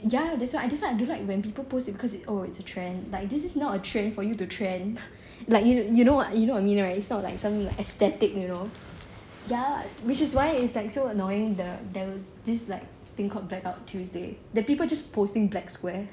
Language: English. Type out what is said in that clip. ya that's why that's why I don't like when people post it because oh it's a trend like this is not a trend for you to trend like you you know what I mean right it's not like some aesthetic you know ya which is why it is like so annoying there was this like thing like called black out tuesday that people just posting black squares